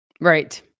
Right